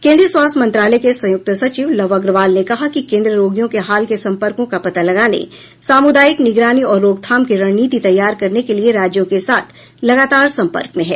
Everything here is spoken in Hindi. केंद्रीय स्वास्थ्य मंत्रालय के संयुक्त सचिव लव अग्रवाल ने कहा कि केन्द्र रोगियों के हाल के सम्पर्कों का पता लगाने सामुदायिक निगरानी और रोकथाम की रणनीति तैयार करने के लिए राज्यों के साथ लगातार सम्पर्क में है